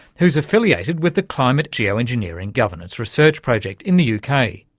who's affiliated with the climate geoengineering governance research project in the yeah kind of